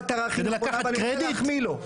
שבא במטרה --- אני רוצה להחמיא לו.